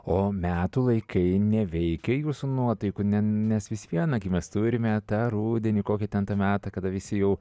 o metų laikai neveikia jūsų nuotaikų ne nes vis viena gi mes turime tą rudenį kokį ten tą metą kada visi jau